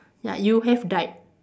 ya you have died